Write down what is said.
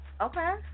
Okay